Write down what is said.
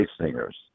singers